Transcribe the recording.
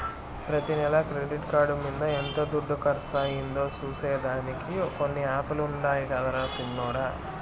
ప్రతి నెల credit card మింద ఎంత దుడ్డు కర్సయిందో సూసే దానికి కొన్ని యాపులుండాయి గదరా సిన్నోడ